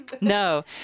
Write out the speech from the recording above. No